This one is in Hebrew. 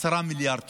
10 מיליארד שקל.